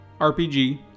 RPG